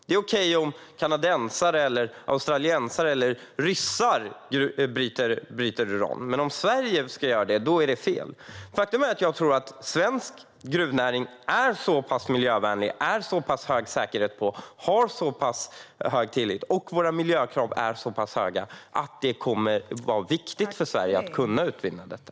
Det är okej om kanadensare, australier eller ryssar bryter uran. Men om Sverige ska göra det är det fel. Våra miljökrav är höga. Jag tror att svensk gruvnäring är så pass miljövänlig och har så pass hög säkerhet och tillit att det kommer att vara viktigt för Sverige att kunna utvinna detta.